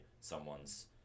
someone's